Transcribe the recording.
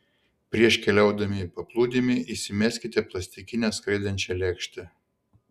prieš keliaudami į paplūdimį įsimeskite plastikinę skraidančią lėkštę